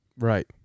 Right